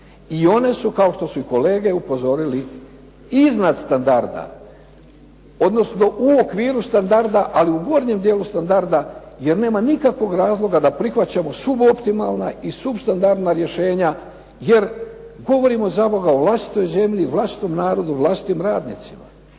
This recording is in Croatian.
I one su kao što su i kolege upozorili iznad standarda odnosno u okviru standarda ali u gornjem dijelu standarda jer nema nikakvog razloga da prihvaćamo suboptimalna i substandardna rješenja jer govorimo zaboga o vlastitoj zemlji, vlastitom narodu, vlastitim radnicima.